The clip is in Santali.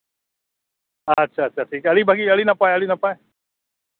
ᱟᱪᱪᱷᱟ ᱟᱪᱪᱷᱟ ᱴᱷᱤᱠ ᱵᱷᱟᱹᱜᱤ ᱟᱹᱰᱤ ᱱᱟᱯᱟᱭ ᱟᱹᱰᱤ ᱱᱟᱯᱟᱭ